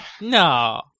No